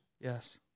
Yes